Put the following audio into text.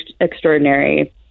extraordinary